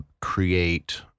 create